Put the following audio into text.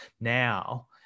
now